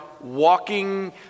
walking